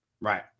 Right